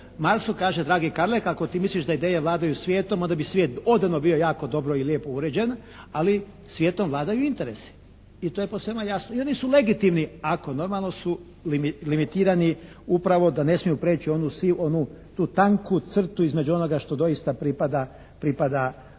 Marxu, kaže dragi Karle kao ti misliš da ideje vladaju svijetom onda bi svijet odavno bio jako dobro i lijepo uređen, ali svijetom vladaju interesi. I to je po svima jasno i oni su legitimni ako normalno su limitirani upravo da ne smiju preći onu tu tanku crtu između onoga što doista pripada suspektnom